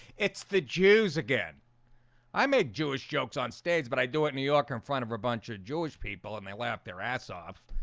it's the jews again i make jewish jokes on stage but i do it in new york in front of a bunch of jewish people and they laugh their ass off